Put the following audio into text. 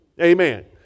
Amen